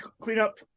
cleanup